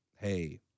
hey